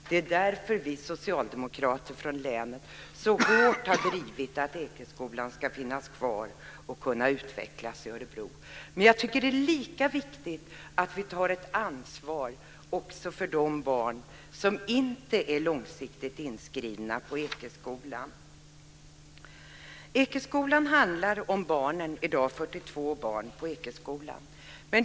Det är därför vi socialdemokrater från länet så hårt har drivit kravet på att Ekeskolan ska finnas kvar i Örebro och kunna utvecklas. Lika viktigt är det, tycker jag, att vi tar ett ansvar också för de barn som inte är långsiktigt inskrivna på Ekeskolan. Debatten kring Ekeskolan handlar om de 42 barn som i dag finns där.